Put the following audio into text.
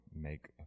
make